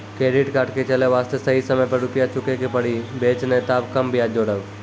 Credit card के चले वास्ते सही समय पर रुपिया चुके के पड़ी बेंच ने ताब कम ब्याज जोरब?